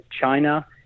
China